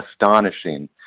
astonishing